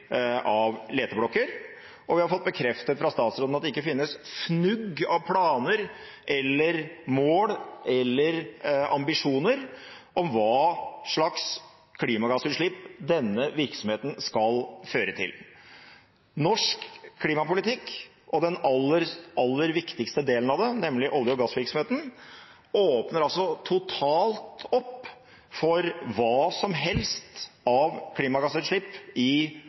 av leteblokker, og vi har fått bekreftet fra statsråden at det ikke finnes et fnugg av planer eller mål eller ambisjoner for hva slags klimagassutslipp denne virksomheten skal føre til. Norsk klimapolitikk og den aller viktigste delen av den, nemlig olje- og gassvirksomheten, åpner altså totalt opp for hva som helst av klimagassutslipp i